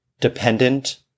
dependent